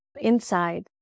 inside